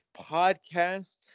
podcast